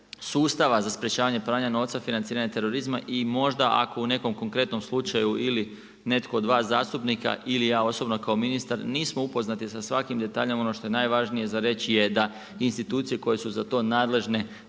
sustava za sprječavanje pranja novca, financiranje terorizma i možda ako u nekom konkretnom slučaju ili netko od vas zastupnika ili ja osobno kao ministar nismo upoznati sa svakim detaljem. Ono što je najvažnije za reći je da institucije koje su za to nadležne